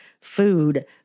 food